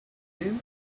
mean